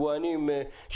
שאלה